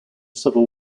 civil